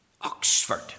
Oxford